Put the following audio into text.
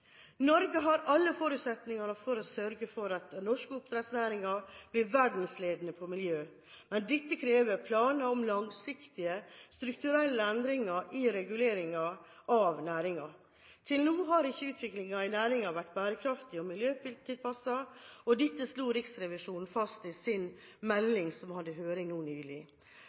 Norge har alle forutsetninger for å sørge for at den norske oppdrettsnæringen blir verdensledende på miljø, men dette krever planer om langsiktige strukturelle endringer i reguleringen av næringen. Til nå har ikke utviklingen vært bærekraftig og miljøtilpasset, og dette ble slått fast i Riksrevisjonens melding, som